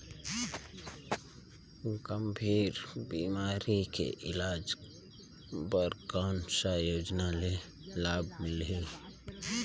गंभीर बीमारी के इलाज बर कौन सा योजना ले लाभ मिलही?